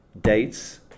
dates